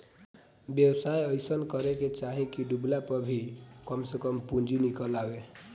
व्यवसाय अइसन करे के चाही की डूबला पअ भी कम से कम पूंजी निकल आवे